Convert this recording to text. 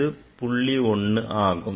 1 ஆகும்